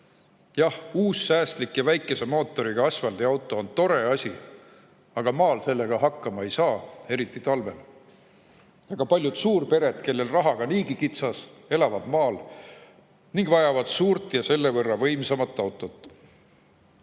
Jah, uus säästlik ja väikese mootoriga asfaldiauto on tore asi, aga maal sellega hakkama ei saa, eriti talvel. Aga paljud suurpered, kellel on rahaga niigi kitsas, elavad maal ning nad vajavad suurt ja selle võrra võimsamat autot.